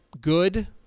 good